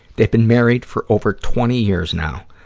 they've been married for over twenty years now.